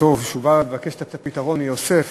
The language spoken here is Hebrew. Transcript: כתוב שכשהוא בא לבקש את הפתרון מיוסף,